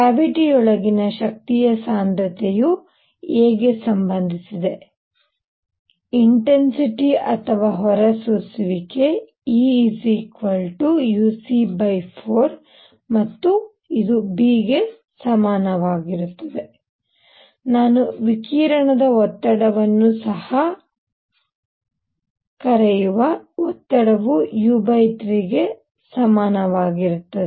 ಕ್ಯಾವಿಟಿಯೊಳಗಿನ ಶಕ್ತಿಯ ಸಾಂದ್ರತೆಯು a ಗೆ ಸಂಬಂಧಿಸಿದೆ ಇನ್ಟೆನ್ಸಿಟಿ ಅಥವಾ ಹೊರಸೂಸುವಿಕೆ Euc4ಮತ್ತು b ಗೆ ಸಮಾನವಾಗಿರುತ್ತದೆ ನಾನು ವಿಕಿರಣ ಒತ್ತಡವನ್ನು ಸಹ ಕರೆಯುವ ಒತ್ತಡವು u3 ಗೆ ಸಮಾನವಾಗಿರುತ್ತದೆ